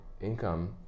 income